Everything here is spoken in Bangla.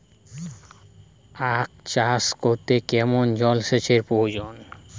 আখ চাষ করতে কেমন জলসেচের প্রয়োজন?